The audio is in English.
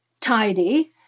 tidy